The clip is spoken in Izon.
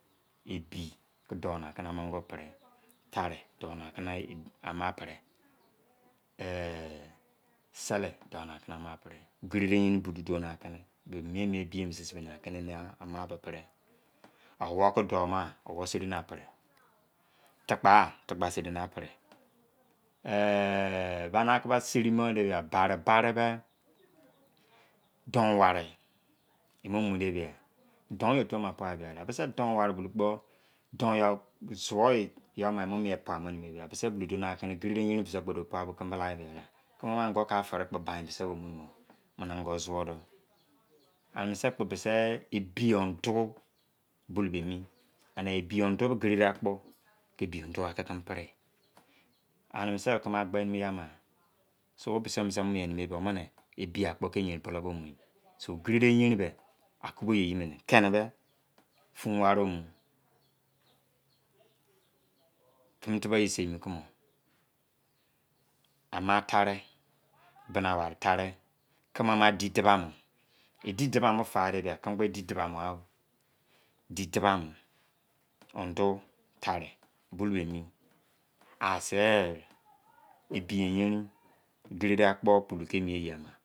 Ebi ki dou ni aki na ani angoo prii tari dou ni aki na amaa pri sele dou ni aki na amaa pri garede yerin bulou dou na ki mi mien-mien ebi eye mose abe ni aki ni ama be pri a owou ki dou ma owou seri ni a pri tikpa a tikpa seri ni a pri eh bani aki ba seri de ya bari bari be don-wari bulou duani aki gerede yerin bose kpo bisi yoo dou puka bo kimise kpo la e mi ye arigha kimi ama ango kia firi kpo bain bairi bisi yo ba mu ro mini ango zuo do ani se kpo bisi ebi ondi bulon beeni ani ebi ondu be gerede akpo ki dein tua aki kimi pri yi ani se kimi agbe emi eye ama so o bisi yo bose wo mo mien nimi e be omini ebi akpo ki yerin bulou ba mu yi mi so gerede yerin be aku bo yi be kenu be fun wari o mu kimi tubouye seimo kumo ama tari bina-wari tari kimi ama di dubama e di dubamo fa bia kimi kpo le di dubamo ghan o di dubamo ondi tari bulou be emi a see ebi eyerin gerede akpo bolou ki a emi eye ama